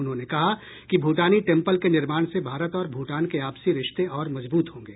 उन्होंने कहा कि भूटानी टेंपल के निर्माण से भारत और भूटान के आपसी रिश्ते और मजबूत होंगे